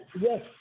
Yes